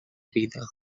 vida